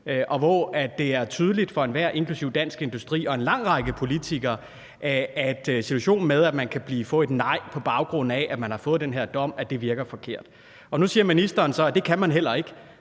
Her er det tydeligt for enhver, inklusive Dansk Industri og en lang række politikere, at eksemplet med, at man kan få et nej, på baggrund af at man har fået den her dom, virker forkert. Nu siger ministeren så, at det kan man heller ikke,